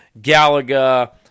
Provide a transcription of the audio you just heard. Galaga